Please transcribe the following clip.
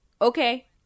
Okay